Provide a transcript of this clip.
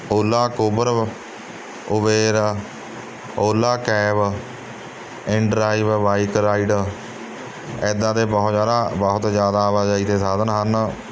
ਓਲਾ ਕੋਬਰ Uber Ola cab InDrive bike ride ਇੱਦਾਂ ਦੇ ਬਹੁਤ ਜ਼ਿਆਦਾ ਬਹੁਤ ਜ਼ਿਆਦਾ ਆਵਾਜਾਈ ਦੇ ਸਾਧਨ ਹਨ